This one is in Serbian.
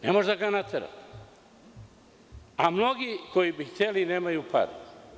Ne može da ga natera, a mnogi koji bi hteli, nemaju para.